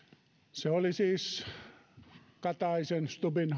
se oli siis kataisen ja stubbin